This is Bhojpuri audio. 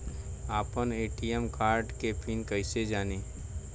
आपन ए.टी.एम कार्ड के पिन कईसे जानी?